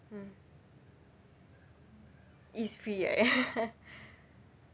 mm it's free right